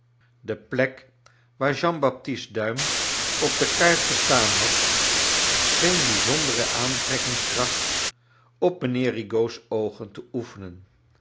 de plek waar jean baptist's duim op de kaart gestaan had scheen bijzondere aantrekkingskracht op mijnheer rigaud's oogen te oefenen